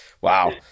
Wow